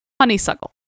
Honeysuckle